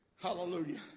Hallelujah